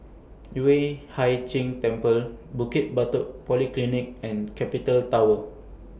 Yueh Hai Ching Temple Bukit Batok Polyclinic and Capital Tower